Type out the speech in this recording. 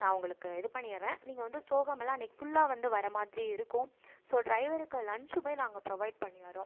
நான் உங்களுக்கு இது பண்ணிடுறேன் நீங்கள் வந்து தோகை மலை அன்னிக்கி ஃபுல்லாக வந்து வர மாதிரி இருக்கும் ஸோ ட்ரைவருக்கு லஞ்சுமே நாங்கள் ப்ரொவைட் பண்ணிடுறோம்